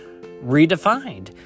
redefined